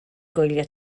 gwylio